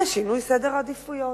זה שינוי סדר העדיפויות.